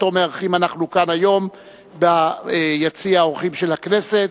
שאותו מארחים אנחנו כאן היום ביציע האורחים של הכנסת,